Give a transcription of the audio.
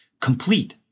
complete